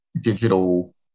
digital